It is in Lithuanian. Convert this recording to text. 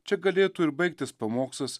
čia galėtų ir baigtis pamokslas